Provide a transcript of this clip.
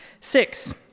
Six